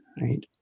right